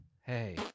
Hey